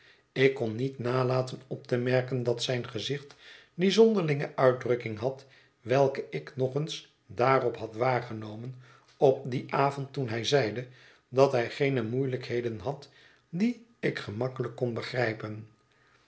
ik kon niet nalaten op te merken dat zijn gezicht die zonderlinge uitdrukking had welke ik nog eens daarop had waargenomen op dien avond toen hij zeide dat hij geene moeielijkheden had die ik gemakkelijk kon begrijpen